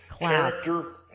character